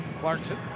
Clarkson